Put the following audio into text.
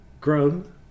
Grown